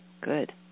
Good